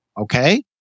Okay